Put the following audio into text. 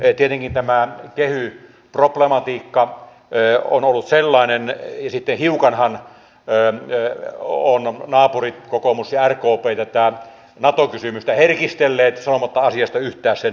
tietenkin tämä kehy problematiikka on ollut sellainen ja sitten hiukanhan ovat naapurit kokoomus ja rkp tätä nato kysymystä herkistelleet sanomatta asiasta yhtään sen enempää